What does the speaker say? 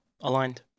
Aligned